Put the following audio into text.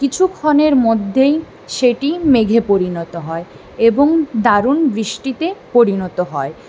কিছুক্ষণের মধ্যেই সেটি মেঘে পরিণত হয় এবং দারুন বৃষ্টিতে পরিণত হয়